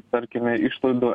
tarkim į išlaidų